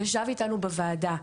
ישב איתנו בוועדה.